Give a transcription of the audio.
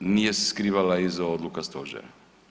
Nije se skrivala iza odluka stožera.